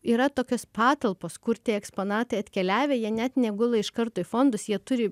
yra tokios patalpos kur tie eksponatai atkeliavę jie net negula iš karto į fondus jie turi